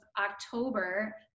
October